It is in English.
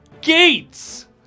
Gates